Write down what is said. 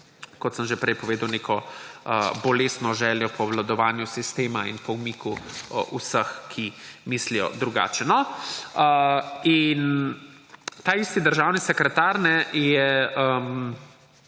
kot sem že prej povedal, neko bolestno željo po obvladovanju sistema in po umiku vseh, ki mislijo drugače. Taisti državni sekretar je,